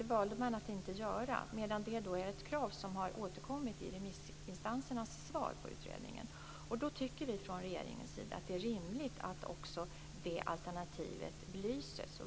Det valde man att inte göra, men det är ett krav som har återkommit i remissinstansernas svar på utredningen. Då tycker vi från regeringens sida att det är rimligt att också det alternativet belyses.